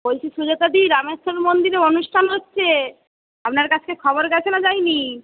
বলছি সুজাতাদি রামেশ্বর মন্দিরে অনুষ্ঠান হচ্ছে আপনার কাছে খবর গেছে না যায়নি